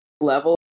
level